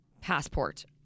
passport